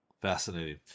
Fascinating